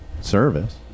service